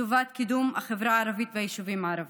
לטובת קידום החברה הערבית והיישובים הערביים.